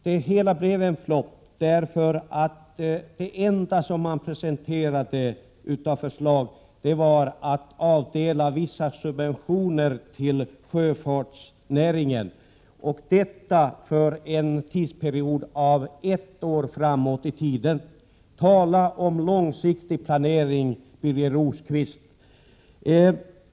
Det hela blev en flopp — det enda förslag man presenterade var att det avdelas vissa subventioner till sjöfartsnäringen, och detta för en tidsperiod av ett år. Tala om långsiktig planering, Birger Rosqvist!